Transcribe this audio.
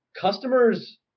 customers –